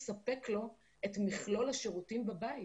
תיארת בדיוק את מה שאני קיבלתי וציינתי קודם לכן.